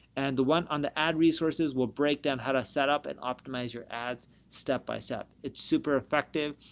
and the one on the ad resources, we'll break down how to set up and optimize your ads step-by-step. it's super effective.